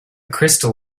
crystal